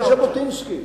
זה ז'בוטינסקי.